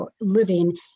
living